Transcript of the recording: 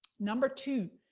number two,